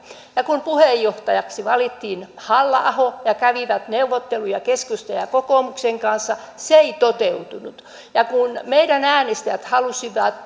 kun puheenjohtajaksi valittiin halla aho ja kävivät neuvotteluja keskustan ja ja kokoomuksen kanssa se ei toteutunut kun meidän äänestäjämme halusivat